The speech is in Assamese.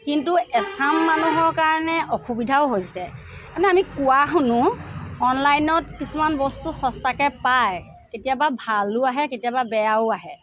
কিন্তু এচাম মানুহৰ কাৰণে অসুবিধাও হৈছে মানে আমি কোৱা শুনো অনলাইনত কিছুমান বস্তু সস্তাকৈ পায় কেতিয়াবা ভালো আহে কেতিয়াবা বেয়াও আহে